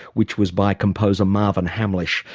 which was by composer marvin hamlisch.